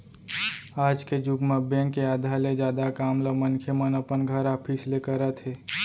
आज के जुग म बेंक के आधा ले जादा काम ल मनखे मन अपन घर, ऑफिस ले करत हे